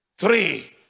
three